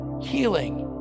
healing